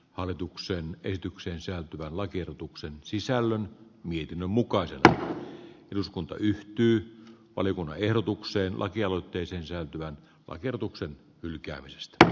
hallituksen esitykseen sisältyvän lakiehdotuksen sisällön niityn mukaan se että eduskunta yhtyi oli vanha ehdotukseen lakialoitteeseen sisältyvää oikeutuksen hylkäämisestä